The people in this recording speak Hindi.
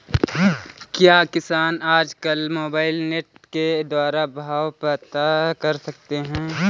क्या किसान आज कल मोबाइल नेट के द्वारा भाव पता कर सकते हैं?